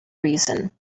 reason